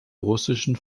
russischen